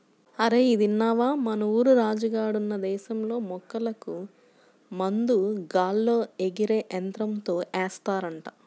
అరేయ్ ఇదిన్నవా, మన ఊరు రాజు గాడున్న దేశంలో మొక్కలకు మందు గాల్లో ఎగిరే యంత్రంతో ఏస్తారంట